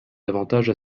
avantages